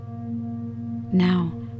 Now